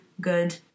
good